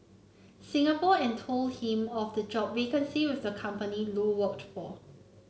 Singapore and told him of the job vacancy with the company Lu worked for